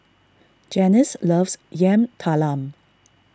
Janice loves Yam Talam